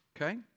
Okay